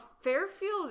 Fairfield